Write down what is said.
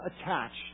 attached